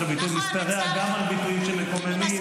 הביטוי משתרע גם על ביטויים מקוממים.